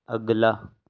اگلا